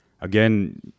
again